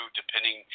depending